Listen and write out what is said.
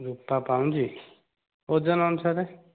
ରୂପା ପାଉଁଜି ଓଜନ ଅନୁସାରେ